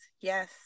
yes